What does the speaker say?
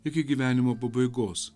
iki gyvenimo pabaigos